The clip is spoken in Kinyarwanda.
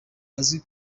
azi